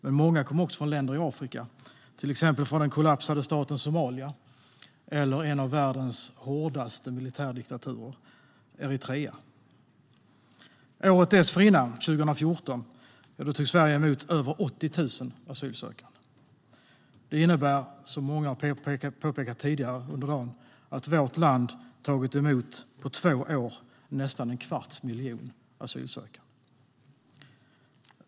Men många kom också från länder i Afrika, till exempel från den kollapsade staten Somalia och från Eritrea, en av världens hårdaste militärdiktaturer. Året dessförinnan, 2014, tog Sverige emot över 80 000 asylsökande. Det innebär, som många har påpekat tidigare under dagen, att vårt land på två år har tagit emot nästan en kvarts miljon asylsökande.